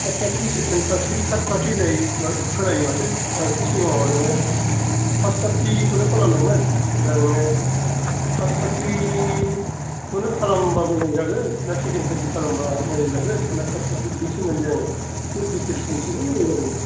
fast party second party third party होन्नाय खोनायो माथो औ बिनि सिगाङाव नोङो फास्ट पार्टिखौनो खालामनांगोन दा नोङो फास्ट पार्टिखौनो खालामबा मोजां जागोन ना सेकेण्ड पार्टि खालामबा मोजां जागोन ना थार्ड पार्टि बिनि सोमोन्दै आङो एसे डिटेल्स मोनथिबा मोजां जागौमोन